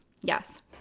Yes